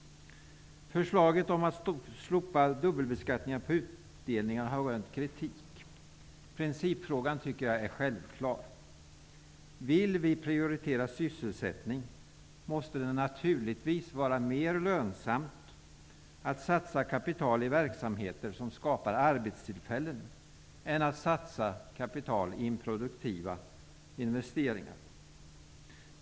Förslaget om att slopa dubbelbeskattningen på utdelningar har rönt kritik. Principfrågan tycker jag är självklar. Vill vi prioritera sysselsättning måste det naturligvis vara mera lönsamt att satsa kapital i verksamheter som skapar arbetstillfällen än att satsa på improduktiva investeringar.